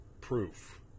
proof